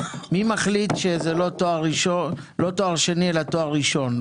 מי מחליט שזה לא תואר שני אלא תואר ראשון,